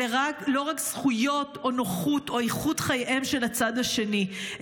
אלה לא רק זכויות או נוחות או איכות חייהם של הצד השני,